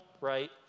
right